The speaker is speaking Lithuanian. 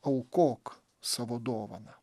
aukok savo dovaną